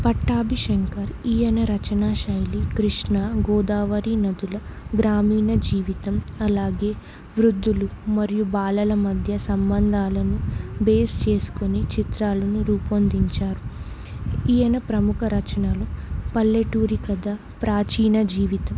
పట్టాబి శంకర్ ఈయన రచన శైలి కృష్ణ గోదావరి నదుల గ్రామీణ జీవితం అలాగే వృద్ధులు మరియు బాలల మధ్య సంబంధాలను బేస్ చేసుకుని చిత్రాలను రూపొందించారు ఈయన ప్రముఖ రచనలు పల్లెటూరి కథ ప్రాచీన జీవితం